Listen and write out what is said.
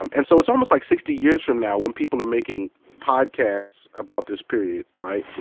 um and so it's almost like sixty years from now, when people are making podcasts about this period, right?